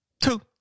Two